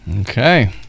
Okay